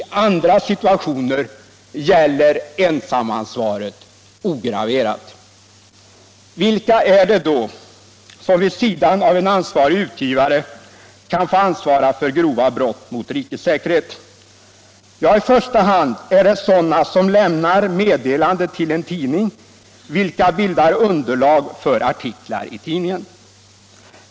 I andra situationer gäller ensamansvaret ograverat. Vilka är det då som vid sidan av en ansvarig utgivare kan få ansvara för grova brott mot rikets säkerhet? I första hand är det den som lämnar meddelanden till en tidning vilka bildar underlag för artiklar i denna.